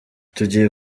tugiye